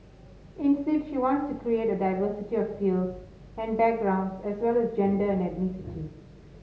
instead she wants to create a diversity of fields and backgrounds as well as gender and ethnicity